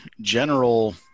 general